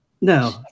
No